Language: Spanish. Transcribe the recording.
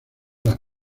las